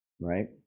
right